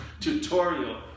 tutorial